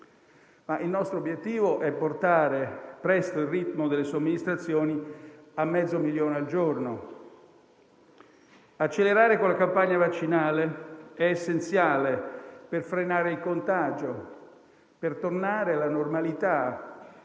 ma il nostro obiettivo è portare presto il ritmo delle somministrazioni a mezzo milione al giorno. Accelerare con la campagna vaccinale è essenziale per frenare il contagio, per tornare alla normalità